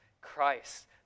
Christ